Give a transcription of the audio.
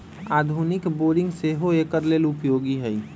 आधुनिक बोरिंग सेहो एकर लेल उपयोगी है